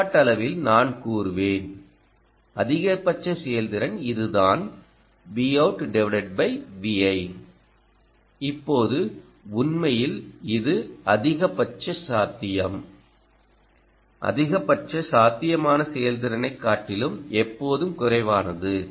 கோட்பாட்டளவில் நான் கூறுவேன் அதிகபட்ச செயல்திறன் இதுதான் இப்போது உண்மையில் இது அதிகபட்ச சாத்தியம் அதிகபட்ச சாத்தியமான செயல்திறனைக் காட்டிலும் எப்போதும் குறைவானது